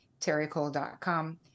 TerryCole.com